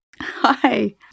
Hi